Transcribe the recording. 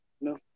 no